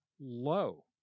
Low